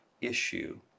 issue